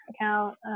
account